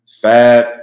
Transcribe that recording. Fab